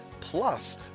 plus